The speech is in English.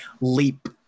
leap